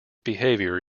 behavior